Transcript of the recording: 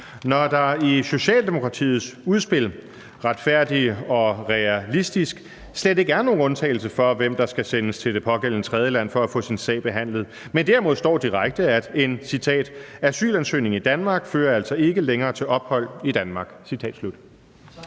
når der i Socialdemokratiets udspil »Retfærdig og realistisk« slet ikke er nogen undtagelser for, hvem der skal sendes til det pågældende tredjeland for at få sin sag behandlet – men derimod står direkte, at »en asylansøgning i Danmark fører altså ikke længere til ophold i Danmark«?